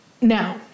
Now